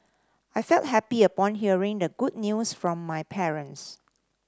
I felt happy upon hearing the good news from my parents